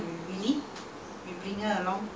!huh! india was nice lah